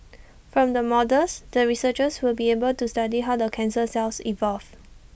from the models the researchers will be able to study how the cancer cells evolve